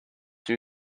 new